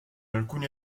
alcuni